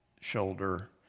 shoulder